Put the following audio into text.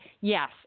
Yes